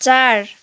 चार